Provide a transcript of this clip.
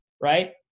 Right